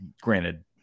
Granted